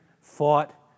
fought